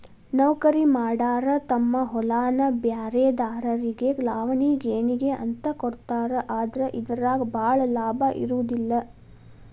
ನೌಕರಿಮಾಡಾರ ತಮ್ಮ ಹೊಲಾನ ಬ್ರ್ಯಾರೆದಾರಿಗೆ ಲಾವಣಿ ಗೇಣಿಗೆ ಅಂತ ಕೊಡ್ತಾರ ಆದ್ರ ಇದರಾಗ ಭಾಳ ಲಾಭಾ ಇರುದಿಲ್ಲಾ